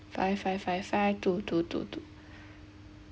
five five five five two two two two